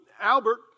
Albert